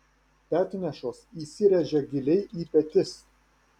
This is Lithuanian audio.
petnešos įsiręžia giliai į petis